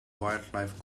wildlife